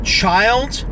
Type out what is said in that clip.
child